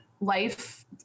life